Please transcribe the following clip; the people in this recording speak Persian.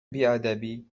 بیادبی